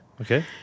Okay